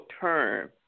term